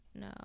no